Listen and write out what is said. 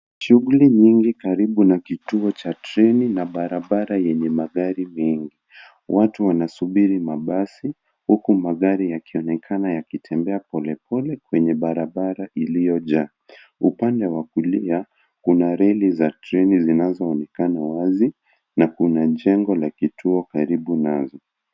Shughuli nyingi karibu na kituo cha treni, na barabara yenye magari mengi. Watu wanasubiri mabasi, huku magari yakionekana kutembea polepole, kwenye barabara iliyojaa. Upande wa kulia, kuna reli za treni zinazonekana wazi, na kuna jengo la kituo karibu nazo.